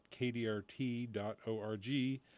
kdrt.org